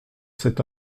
cette